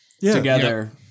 together